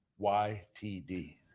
YTD